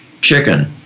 chicken